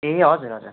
ए हजुर हजुर